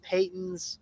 Paytons